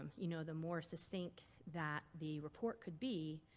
um you know, the more succinct that the report could be,